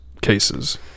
cases